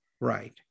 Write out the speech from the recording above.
right